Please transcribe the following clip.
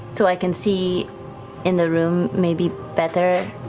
so i can see in the room maybe better.